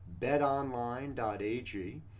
betonline.ag